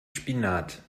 spinat